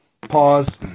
Pause